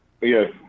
yes